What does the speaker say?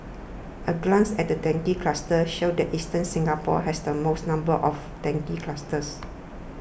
a glance at dengue clusters show that eastern Singapore has the most number of dengue clusters